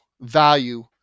value